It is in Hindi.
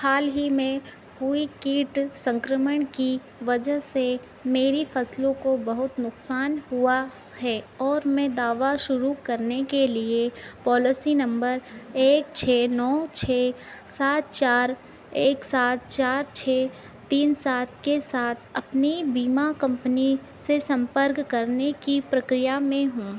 हाल ही में हुई कीट संक्रमण की वजह से मेरी फसलों को बहुत नुकसान हुआ है और मैं दावा शुरू करने के लिए पॉलोसी नंबर एक छः नौ छः सात चार एक सात चार छः तीन सात के साथ अपनी बीमा कम्पनी से संपर्क करने की प्रक्रिया में हूँ